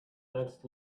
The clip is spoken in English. next